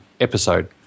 episode